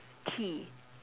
tea